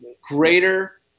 greater